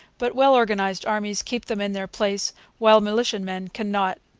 but well-organized armies keep them in their place while militiamen can not.